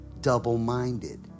double-minded